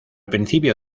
principio